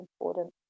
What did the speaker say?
important